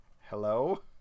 hello